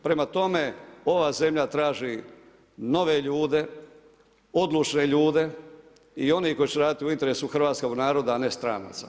Prema, tome ova zemlja, traži nove ljude, odlučne ljude i oni koji će raditi u interesu hrvatskog naroda, a ne stranaca.